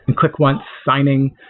click once signing.